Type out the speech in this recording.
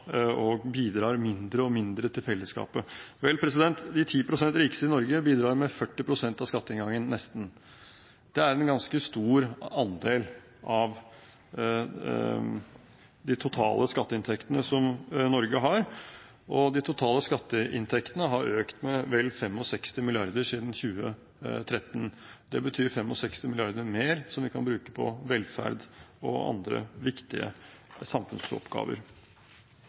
og bidrar mindre og mindre til fellesskapet. Vel, de 10 pst. rikeste i Norge bidrar med nesten 40 pst. av skatteinngangen. Det er en ganske stor andel av de totale skatteinntektene som Norge har, og de totale skatteinntektene har økt med vel 65 mrd. kr siden 2013. Det betyr 65 mrd. kr mer som vi kan bruke på velferd og andre viktige samfunnsoppgaver.